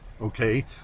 Okay